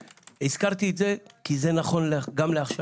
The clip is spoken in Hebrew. הזכרתי את זה כי זה נכון גם לעכשיו.